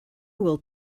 will